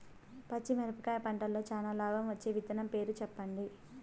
పచ్చిమిరపకాయ పంటలో చానా లాభం వచ్చే విత్తనం పేరు చెప్పండి?